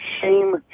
shame